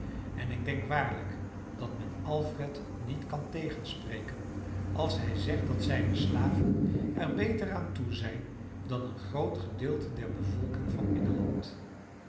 en ik denk waarlijk dat men alfred niet kan tegenspreken als hij zegt dat zijne slaven er beter aan toe zijn dan een groot gedeelte der bevolking van engeland